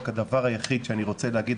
רק הדבר היחיד שאני רוצה להגיד,